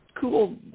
cool